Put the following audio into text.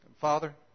Father